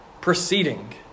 proceeding